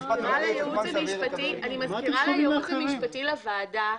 אני מזכיר ליועצים המשפטיים לוועדה,